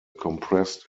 compressed